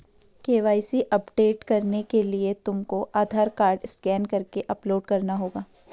KYC update करने के लिए तुमको आधार कार्ड स्कैन करके अपलोड करना होगा